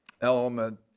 element